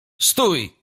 stój